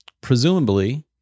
Presumably